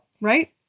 Right